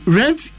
rent